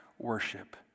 Worship